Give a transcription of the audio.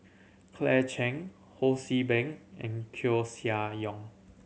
Claire Chiang Ho See Beng and Koeh Sia Yong